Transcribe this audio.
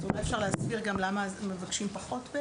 אז אפשר להסביר גם למה מבקשים פחות?